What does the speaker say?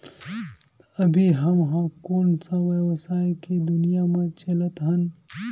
अभी हम ह कोन सा व्यवसाय के दुनिया म चलत हन?